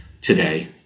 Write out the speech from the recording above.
today